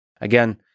Again